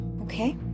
Okay